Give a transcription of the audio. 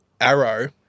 arrow